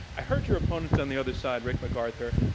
i heard your opponent on the other side, rick macarthur,